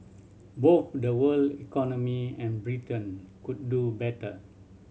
both the world economy and Britain could do better